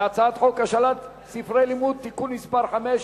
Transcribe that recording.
על הצעת חוק השאלת ספרי לימוד (תיקון מס' 5),